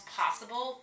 possible